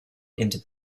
into